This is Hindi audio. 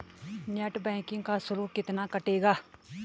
नेट बैंकिंग का शुल्क कितना कटेगा?